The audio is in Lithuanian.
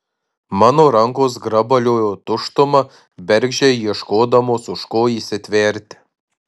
mano rankos grabaliojo tuštumą bergždžiai ieškodamos už ko įsitverti